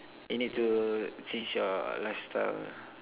you need to change your lifestyle